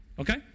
Okay